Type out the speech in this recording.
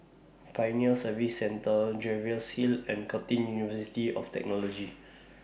Pioneer Service Centre Jervois Hill and Curtin University of Technology